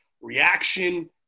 reaction